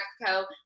Mexico